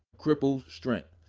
cripples strengths.